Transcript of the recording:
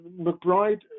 McBride